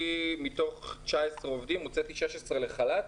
מתוך 19 עובדים הוצאתי 19 לחל"ת,